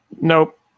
Nope